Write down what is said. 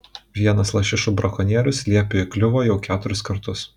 vienas lašišų brakonierius liepiui įkliuvo jau keturis kartus